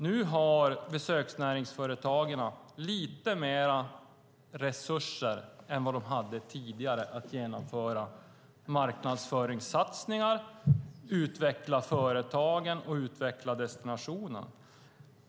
Nu har besöksnäringsföretagen lite mer resurser än vad de hade tidigare att genomföra marknadsföringssatsningar, utveckla företagen och utveckla destinationerna.